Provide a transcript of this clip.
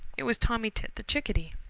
it was tommy tit the chickadee.